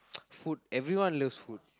food everyone loves food